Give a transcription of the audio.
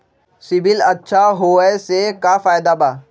CIBIL अच्छा होऐ से का फायदा बा?